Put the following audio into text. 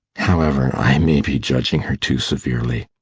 however, i may be judging her too severely.